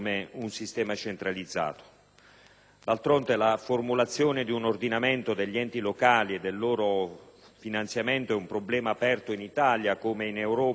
D'altronde, la formulazione di un ordinamento degli enti locali e del loro finanziamento è un problema aperto in Italia, come in Europa, ormai da decenni.